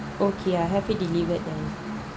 okay ya I'll have it delivered then